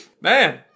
Man